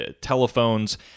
telephones